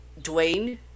Dwayne